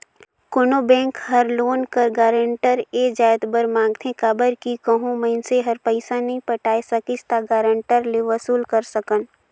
कोनो बेंक हर लोन कर गारंटर ए जाएत बर मांगथे काबर कि कहों मइनसे हर पइसा नी पटाए सकिस ता गारंटर ले वसूल कर सकन